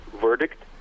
verdict